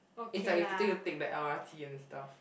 it's like you have to take take the L_R_T and stuff